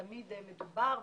תמיד מדובר,